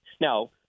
Now